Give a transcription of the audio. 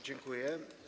Dziękuję.